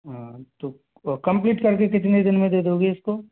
हाँ तो कम्प्लीट कर के कितने दिन में दे दोगे इस को